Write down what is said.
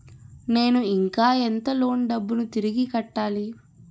నేను ఇంకా ఎంత లోన్ డబ్బును తిరిగి కట్టాలి?